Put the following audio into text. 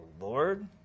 Lord